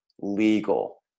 legal